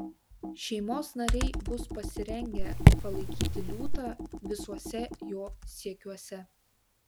šeimos nariai bus pasirengę palaikyti liūtą visuose jo siekiuose